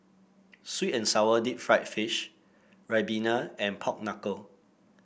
sweet and sour Deep Fried Fish ribena and Pork Knuckle